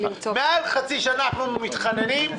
יותר מחצי שנה אנחנו מתחננים למצוא פתרון.